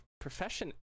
profession